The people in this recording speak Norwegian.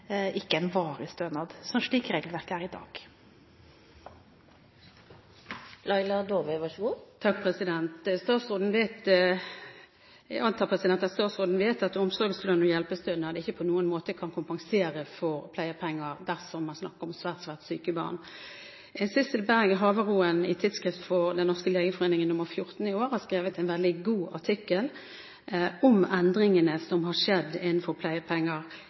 en varig stønad slik regelverket er i dag. Jeg antar at statsråden vet at omsorgslønn og hjelpestønad ikke på noen måte kan kompensere for pleiepenger dersom man snakker om svært, svært syke barn. Sissel Berg Haveraaen har i Tidsskrift for Den norske legeforening nr. 14 i år skrevet en veldig god artikkel om endringene som har skjedd innenfor dette med pleiepenger